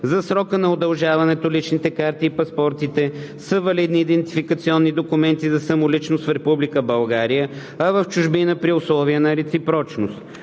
За срока на удължаването личните карти и паспортите са валидни идентификационни документи за самоличност в Република България, а в чужбина при условията на реципрочност.